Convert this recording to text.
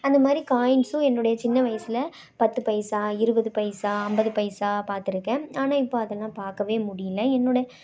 அந்த மாதிரி காயின்ஸும் என்னுடைய சின்ன வயசில் பத்து பைசா இருபது பைசா ஐம்பது பைசா பாத்திருக்கேன் ஆனால் இப்போ அதெல்லாம் பார்க்கவே முடியல என்னுடைய